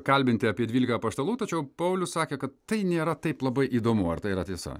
kalbinti apie dvylika apaštalų tačiau paulius sakė kad tai nėra taip labai įdomu ar tai yra tiesa